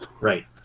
Right